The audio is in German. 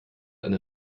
eine